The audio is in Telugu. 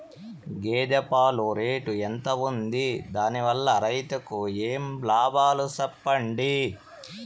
గేదె పాలు రేటు ఎంత వుంది? దాని వల్ల రైతుకు ఏమేం లాభాలు సెప్పండి?